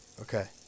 Okay